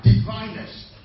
diviners